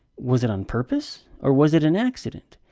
was it on purpose, or was it an accident?